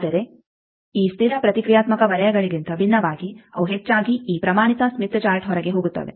ಆದರೆ ಈ ಸ್ಥಿರ ಪ್ರತಿಕ್ರಿಯಾತ್ಮಕ ವಲಯಗಳಿಗಿಂತ ಭಿನ್ನವಾಗಿ ಅವು ಹೆಚ್ಚಾಗಿ ಈ ಪ್ರಮಾಣಿತ ಸ್ಮಿತ್ ಚಾರ್ಟ್ ಹೊರಗೆ ಹೋಗುತ್ತವೆ